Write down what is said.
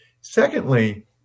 Secondly